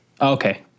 Okay